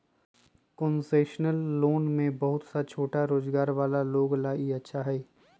concessional loan में बहुत सा छोटा रोजगार वाला लोग ला ई अच्छा हई